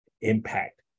impact